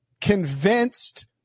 convinced